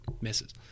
misses